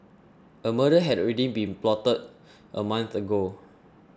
a murder had already been plotted a month ago